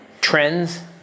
trends